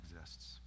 exists